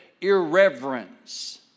irreverence